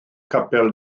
capel